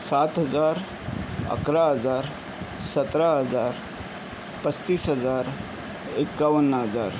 सात हजार अकरा हजार सतरा हजार पस्तीस हजार एकावन्न हजार